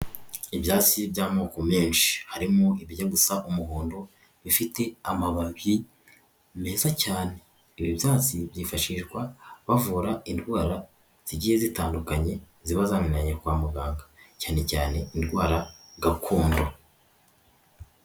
Ibyatsi by'amoko menshi harimo ibijya gusa umuhondo bifite amababi meza cyane. Ibi byatsi byifashishwa bavura indwara zigiye zitandukanye ziba zananiranye kwa muganga cyane cyane indwara gakondo.